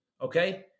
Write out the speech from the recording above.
okay